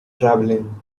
travelling